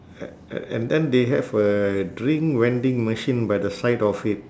a~ a~ and then they have a drink vending machine by the side of it